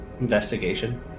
Investigation